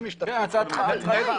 זה צריך להיות